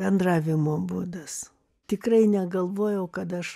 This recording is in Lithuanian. bendravimo būdas tikrai negalvojau kad aš